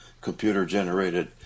computer-generated